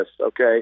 okay